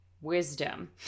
wisdom